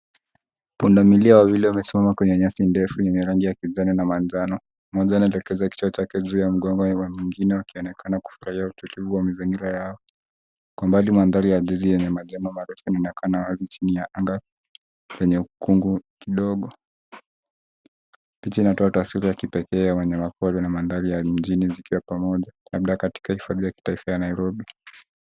Pundamilia wawili wamesimama kwenye nyasi ndefu yenye rangi ya kijani na manjano. Mmoja anadokeza kichwa chake juu ya mgongo ya mwingine wakionekana kufurahia utulivu wa mazingira yao. Kwa mbali mandhari ya jiji yenye majengo marefu inaonekana chini ya anga lenye ukungu kidogo. Nchi inatoa taswira ya kipekee ya wanyamapori na mandhari ya mjini zikiwa pamoja labda katika hifadhi ya kitaifa ya Nairobi.